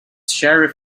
sheriff